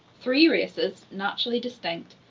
three races, naturally distinct,